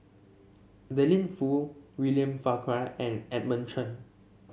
Adeline Foo William Farquhar and Edmund Chen